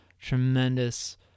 tremendous